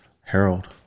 Harold